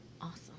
Awesome